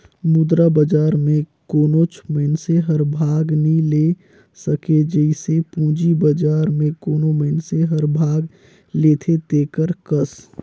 मुद्रा बजार में कोनोच मइनसे हर भाग नी ले सके जइसे पूंजी बजार में कोनो मइनसे हर भाग लेथे तेकर कस